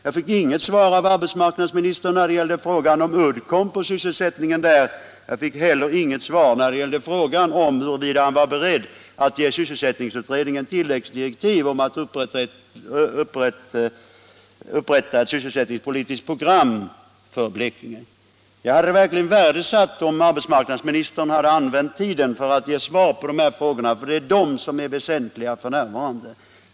Jag fick inget svar från arbetsmarknadsministern när det gällde frågan om sysselsättningen vid Uddcomb liksom inte heller på frågan huruvida arbetsmarknadsministern är beredd att ge sysselsättningsutredningen tilläggsdirektiv om att upprätta ett sysselsättningspolitiskt program för Blekinge. Jag hade verkligen värdesatt om arbetsmarknadsministern använt sin taletid till att ge svar på dessa frågor, eftersom det är de som är väsentliga f.n.